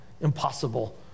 impossible